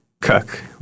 cook